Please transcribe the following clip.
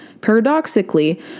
Paradoxically